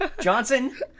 Johnson